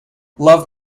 love